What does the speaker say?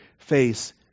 face